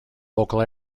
local